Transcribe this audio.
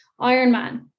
Ironman